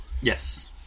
Yes